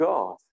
God